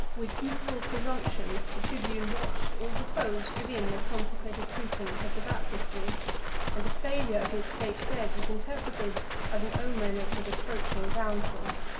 with equal presumption the tribune watched or reposed within the consecrated precincts of the baptistery and the failure of his state-bed was interpreted as an omen of his approaching downfall.